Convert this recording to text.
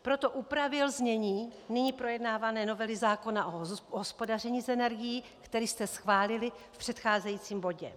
Proto upravil znění nyní projednávané novely zákona o hospodaření energií, který jste schválili v předcházejícím bodě.